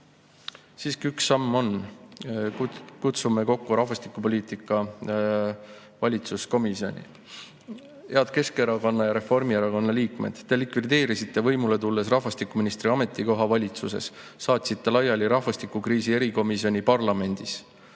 Siiski üks samm on: kutsume kokku rahvastikupoliitika valitsuskomisjoni. Head Keskerakonna ja Reformierakonna liikmed, te likvideerisite võimule tulles rahvastikuministri ametikoha valitsuses, saatsite laiali rahvastikukriisi erikomisjoni parlamendis.